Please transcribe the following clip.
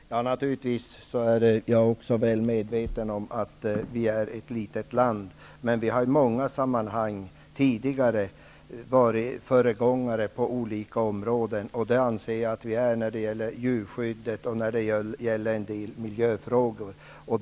Fru talman! Naturligtvis är även jag väl medveten om att Sverige är ett litet land. Men vi i Sverige har i många sammanhang tidigare varit föregångare på olika områden. Det anser jag att vi är när det gäller djurskyddet och en del miljöfrågor.